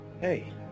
Hey